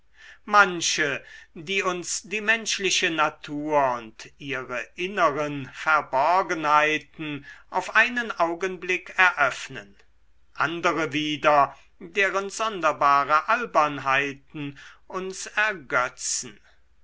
manche die uns die menschliche natur und ihre inneren verborgenheiten auf einen augenblick eröffnen andere wieder deren sonderbare albernheiten uns ergötzen